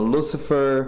Lucifer